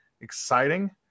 exciting